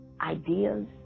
ideas